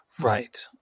Right